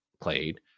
played